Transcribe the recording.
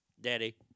daddy